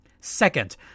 Second